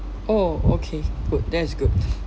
oh okay good that's good